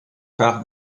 par